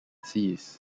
cease